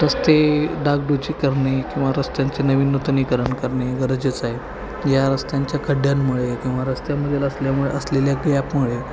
रस्ते डागडुजी करणे किंवा रस्त्यांचे नवीन नूतनीकरण करणे गरजेचं आहे या रस्त्यांच्या खड्ड्यांमुळे किंवा रस्त्यामधील असल्यामुळे असलेल्या गॅपमुळे